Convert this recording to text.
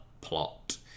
plot